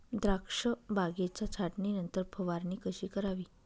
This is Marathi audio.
द्राक्ष बागेच्या छाटणीनंतर फवारणी कशी करावी?